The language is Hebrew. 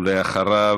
ואחריו,